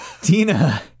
Tina